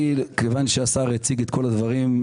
כיוון שהשר הציג את כל הדברים,